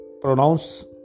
pronounce